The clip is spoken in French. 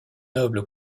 noble